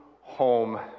home